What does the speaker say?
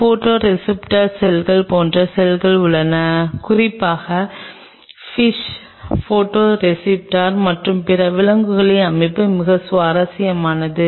photoreceptor செல்கள் போன்ற செல்கள் உள்ளன குறிப்பாக பிஷ்ஸஸ் போடோரிஸ்ப்ட்டோர் மற்றும் பிற விலங்குகளின் அமைப்பு மிகவும் சுவாரஸ்யமானது